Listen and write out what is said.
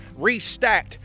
restacked